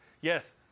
yes